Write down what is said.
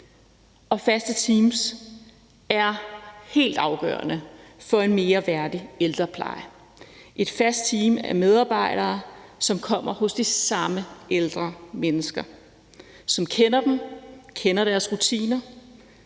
Faste teams er helt afgørende for en mere værdig ældrepleje. Det er et fast team af medarbejdere, som kommer hos de samme ældre mennesker, og som kender dem, kender deres rutiner,